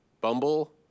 Bumble